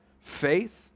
faith